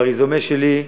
ברזומה שלי,